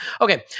Okay